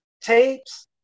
tapes